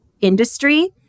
industry